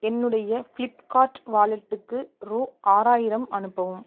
என்னுடைய ஃப்ளிப்கார்ட் வாலெட்டுக்கு ரூ ஆறாயிரம் அனுப்பவும்